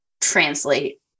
translate